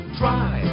try